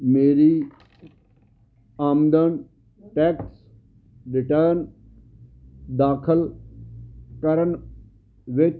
ਮੇਰੀ ਆਮਦਨ tax return ਦਾਖਲ ਕਰਨ ਵਿੱਚ